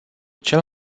cel